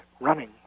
running